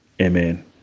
Amen